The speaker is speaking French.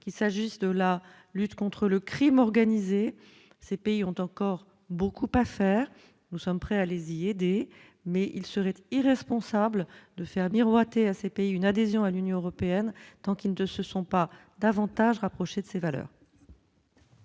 qu'il s'agisse de la lutte contre le Crime organisé, ces pays ont encore beaucoup à faire, nous sommes prêts à Alesi mais il serait irresponsable de faire miroiter à ces pays une adhésion à l'Union européenne, tant qu'ils ne se sont pas davantage rapproché de ses valeurs.